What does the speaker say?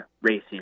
racing